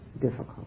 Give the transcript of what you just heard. difficult